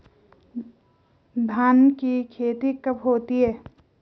धान की खेती कब होती है?